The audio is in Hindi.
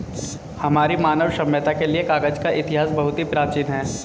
हमारी मानव सभ्यता के लिए कागज का इतिहास बहुत ही प्राचीन है